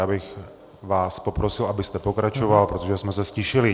Já bych vás poprosil, abyste pokračoval, protože jsme se ztišili.